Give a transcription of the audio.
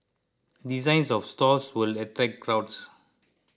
designs of stores will attract crowds